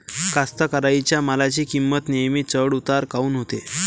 कास्तकाराइच्या मालाची किंमत नेहमी चढ उतार काऊन होते?